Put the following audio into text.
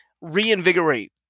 reinvigorate